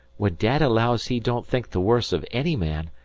when dad allows he don't think the worse of any man,